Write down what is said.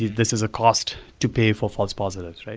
this is a cost to pay for false positives.